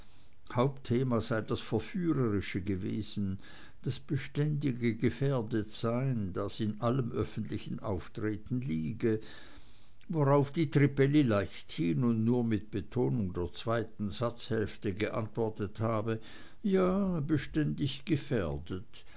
hauptthema sei das verführerische gewesen das beständige gefährdetsein das in allem öffentlichen auftreten liege worauf die trippelli leichthin und nur mit betonung der zweiten satzhälfte geantwortet habe ja beständig gefährdet